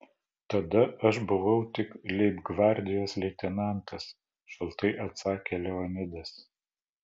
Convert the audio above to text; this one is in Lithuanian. tada aš buvau tik leibgvardijos leitenantas šaltai atsakė leonidas